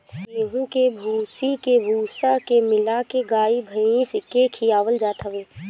गेंहू के भूसी के भूसा में मिला के गाई भाईस के खियावल जात हवे